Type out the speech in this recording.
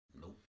Nope